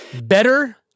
Better